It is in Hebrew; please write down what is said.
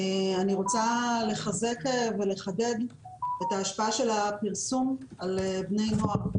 אני רוצה לחזק ולחדד את ההשפעה של הפרסום על בני נוער.